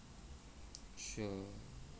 sure